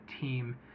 team